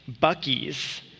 Bucky's